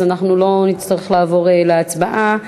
אז אנחנו לא נצטרך לעבור להצבעה.